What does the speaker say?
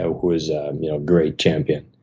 ah who is a you know great champion,